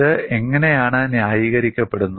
ഇത് എങ്ങനെയാണ് ന്യായീകരിക്കപ്പെടുന്നത്